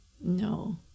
No